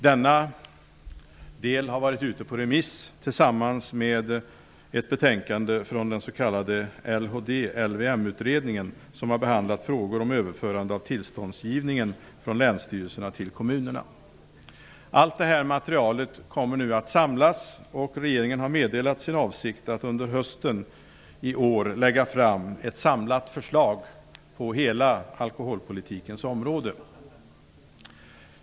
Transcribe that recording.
Denna del har varit ute på remiss tillsammans med ett betänkande från den s.k. LHD/LVM-utredningen, som har behandlat frågor om överförande av tillståndsgivningen från länsstyrelserna till kommunerna. Allt detta material kommer nu att samlas. Regeringen har meddelat sin avsikt att under hösten i år lägga fram ett samlat förslag på hela alkoholpolitikens område.